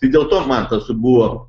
tai dėl to man tas buvo